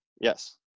Yes